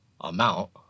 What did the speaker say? amount